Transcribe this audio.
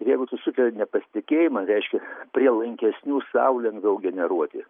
jeigu tu sukeli nepasitikėjimą reiškia prielankesnių sau lengviau generuoti